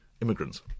immigrants